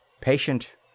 Patient